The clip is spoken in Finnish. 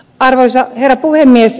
arvoisa herra puhemies